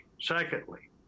Secondly